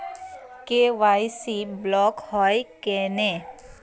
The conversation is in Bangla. কে.ওয়াই.সি ব্লক হয় কেনে?